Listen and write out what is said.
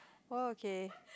!woah! okay